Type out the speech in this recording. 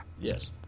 yes